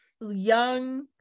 young